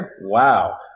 Wow